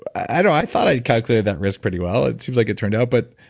i know i thought i calculated that risk pretty well. it seems like it turned out. but,